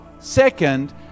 second